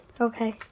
Okay